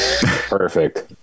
Perfect